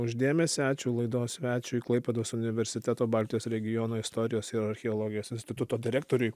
už dėmesį ačiū laidos svečiui klaipėdos universiteto baltijos regiono istorijos ir archeologijos instituto direktoriui